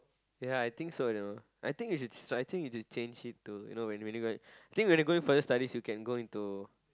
ya I think so you know I think you I think you should change it to you know when you going when you go to further studies you can go into